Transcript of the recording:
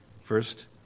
First